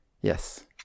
Yes